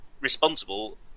responsible